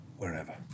Wherever